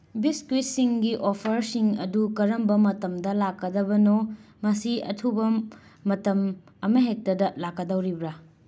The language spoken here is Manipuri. ꯕꯤꯁꯀꯨꯏꯠꯁꯤꯡꯒꯤ ꯑꯣꯐꯔꯁꯤꯡ ꯑꯗꯨ ꯀꯔꯝꯕ ꯃꯇꯝꯗ ꯂꯥꯛꯀꯗꯕꯅꯣ ꯃꯁꯤ ꯑꯊꯨꯕ ꯃꯇꯝ ꯑꯃ ꯍꯦꯛꯇꯗ ꯂꯥꯛꯀꯗꯧꯔꯤꯕ꯭ꯔꯥ